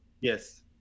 Yes